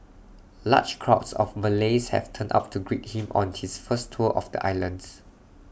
large crowds of Malays had turned up to greet him on his first tour of the islands